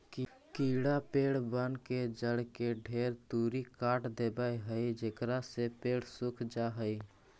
कीड़ा पेड़बन के जड़ के ढेर तुरी काट देबा हई जेकरा से पेड़ सूख जा हई